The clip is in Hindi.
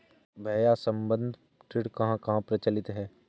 भैया संबंद्ध ऋण कहां कहां प्रचलित है?